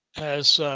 as